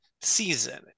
season